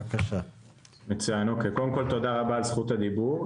תודה רבה על זכות הדיבור.